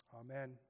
Amen